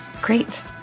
Great